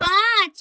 পাঁচ